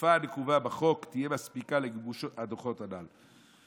שהתקופה הנקובה בחוק תהיה מספיקה לגיבוש הדוחות הללו.